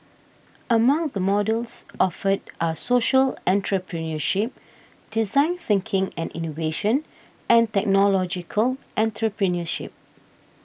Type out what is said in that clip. among the modules offered are social entrepreneurship design thinking and innovation and technological entrepreneurship